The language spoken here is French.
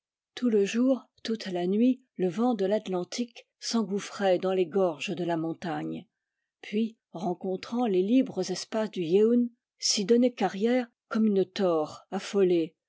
tout le jour toute la nuit le vent de l'atlantique s'engouffrait dans les gorges de la montagne puis rencontrant les libres espaces du yeun s'y donnait carrière comme une taure affolée